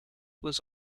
was